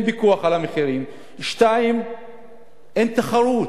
אין פיקוח על המחירים, 2. אין תחרות,